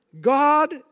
God